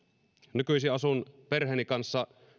nykyisin asun perheeni kanssa